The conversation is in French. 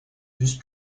bus